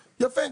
יפה.